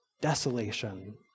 desolation